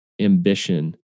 ambition